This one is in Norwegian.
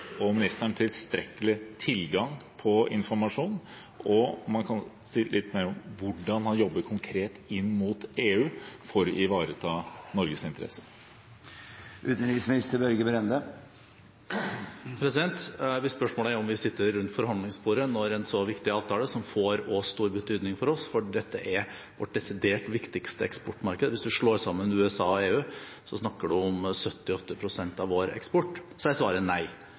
tilgang på informasjon? Og kan han si litt mer om hvordan man jobber konkret inn mot EU for å ivareta Norges interesser? Hvis spørsmålet er om vi sitter rundt forhandlingsbordet når det gjelder en så viktig avtale, som også får stor betydning for oss fordi dette er vårt desidert viktigste eksportmarked – hvis man slår sammen USA og EU, snakker man om 70–80 pst. av vår eksport – så er svaret nei.